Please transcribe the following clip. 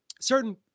certain